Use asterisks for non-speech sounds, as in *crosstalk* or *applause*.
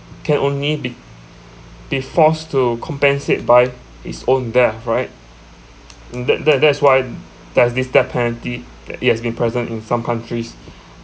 can only be be forced to compensate by his own death right that that that's why there's this death penalty that it has been present in some countries *breath*